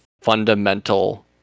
fundamental